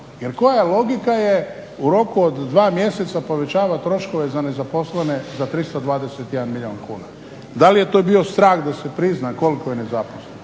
jer koja logika je u roku od dva mjeseca povećavati troškove za nezaposlene za 321 milijun kuna. Da li je to bio strah da se prizna koliko je nezaposlenih